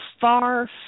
far